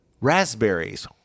raspberries